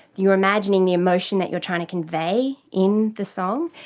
you're imagining the emotion that you're trying to convey in the song,